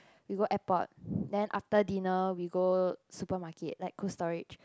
we go airport then after dinner we go supermarket like Cold Storage